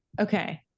okay